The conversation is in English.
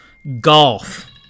golf